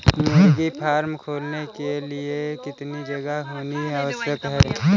मुर्गी फार्म खोलने के लिए कितनी जगह होनी आवश्यक है?